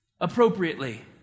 appropriately